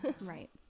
Right